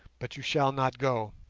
but you shall not go